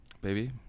Baby